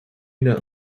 not